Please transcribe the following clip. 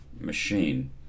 machine